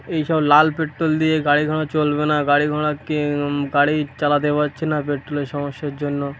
এইসব লাল পেট্রোল দিয়ে গাড়ি ঘোড়া চলবে না গাড়ি ঘোড়াকে গাড়ি চালাতে পারছি না পেট্রোলের সমস্যার জন্য